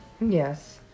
Yes